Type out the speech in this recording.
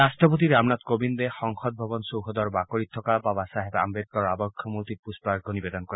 ৰাট্টপতি ৰামনাথ কোবিন্দে সংসদ ভৱন চৌহদৰ বাকৰিত থকা বাবা চাহেব আম্বেদকাৰৰ আৱক্ষ মূৰ্তিত পৃষ্পাৰ্য্য নিবেদন কৰে